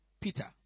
Peter